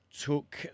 took